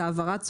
העברת זכויות,